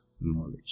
knowledge